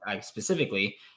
specifically